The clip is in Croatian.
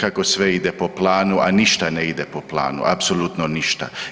kako sve ide po planu, a ništa ne ide po planu, apsolutno ništa.